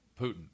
Putin